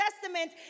Testament